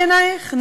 המסדרון בעינייך?